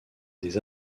des